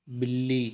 बिल्ली